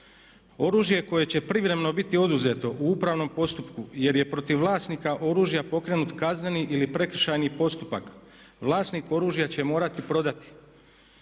Oružje koje će privremeno biti oduzeto u upravnom postupku, jer je protiv vlasnika oružja pokrenut kazneni ili prekršajni postupak vlasnik oružja će morati prodati,